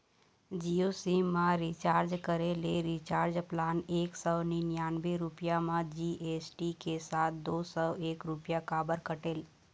Jio SIM मा recharge करे ले रिचार्ज प्लान एक सौ निन्यानबे रुपए मा जी.एस.टी के साथ दो सौ एक रुपया काबर कटेल?